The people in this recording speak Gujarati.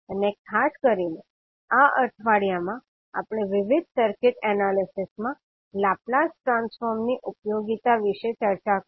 અને ખાસ કરીને આ અઠવાડિયામાં આપણે વિવિધ સર્કિટ એનાલિસિસમાં લાપ્લાસ ટ્રાન્સફોર્મ ની ઉપયોગીતા વિશે ચર્ચા કરી